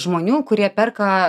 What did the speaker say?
žmonių kurie perka